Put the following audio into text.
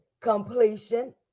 Completion